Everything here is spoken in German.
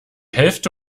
hälfte